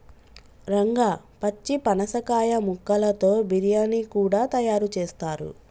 రంగా పచ్చి పనసకాయ ముక్కలతో బిర్యానీ కూడా తయారు చేస్తారు